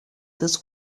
this